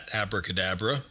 abracadabra